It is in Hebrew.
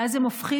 ואז הם הופכים,